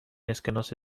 اسکناس